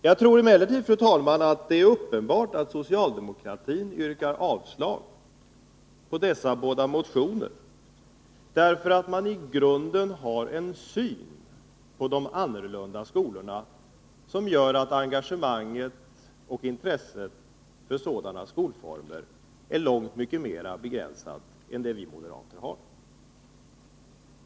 Jag finner det emellertid uppenbart, fru talman, att socialdemokratin yrkar avslag på dessa båda motionerna därför att man i grunden har en syn på de annorlunda skolorna som gör att engagemanget och intresset för sådana skolformer är långt mera begränsat än det som vi moderater har.